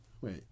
Wait